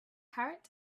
parrot